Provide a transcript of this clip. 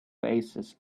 oasis